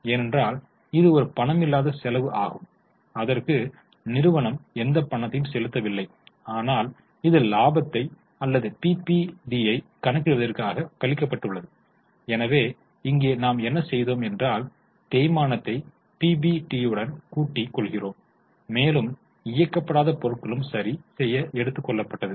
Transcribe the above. ஏனென்றால் இது ஒரு பணமில்லாத செலவு ஆகும் அதற்கு நிறுவனம் எந்த பணத்தையும் செலுத்த வில்லை ஆனால் இது லாபத்தை அல்லது பிபிடியைக் கணக்கிடுவதற்காக கழிக்கப்பட்டுள்ளது எனவே இங்கே நாம் என்ன செய்தோம் என்றால் தேய்மானத்தை பிபிடி யுடன் கூட்டி கொள்கிறோம் மேலும் இயக்கப்படாத பொருட்களும் சரி செய்ய எடுத்து கொள்ளப்பட்டது